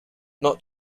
not